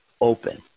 open